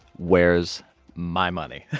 where's my money?